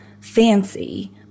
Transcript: fancy